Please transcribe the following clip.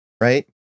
right